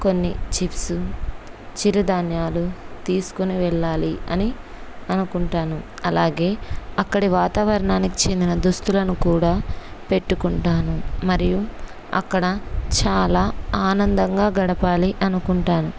కొన్ని చిప్స్ చిరుధాన్యాలు తీసుకుని వెళ్ళాలి అని అనుకుంటాను అలాగే అక్కడ వాతావరణానికి చెందిన దుస్తులను కూడా పెట్టుకుంటాను మరియు అక్కడ చాలా ఆనందంగా గడపాలి అనుకుంటాను